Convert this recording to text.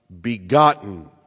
begotten